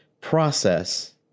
process